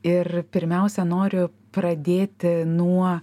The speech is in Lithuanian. ir pirmiausia noriu pradėti nuo